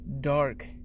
dark